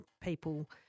people –